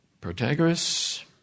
Protagoras